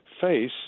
face